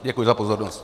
Děkuji za pozornost.